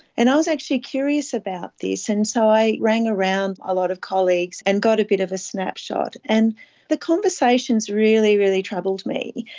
and i was actually curious about this, and so i rang around a lot of colleagues and got a bit of a snapshot, and the conversations really, really troubled me.